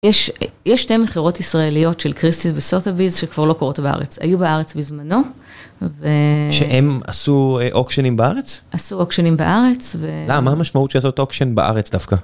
יש שתי מכירות ישראליות של קריסטיס וסוטוויז שכבר לא קורות בארץ, היו בארץ בזמנו ו... שהם עשו אוקשנים בארץ? עשו אוקשנים בארץ ו... לא, מה המשמעות שיעשות אוקשן בארץ דווקא?